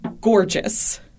gorgeous